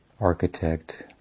architect